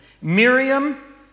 Miriam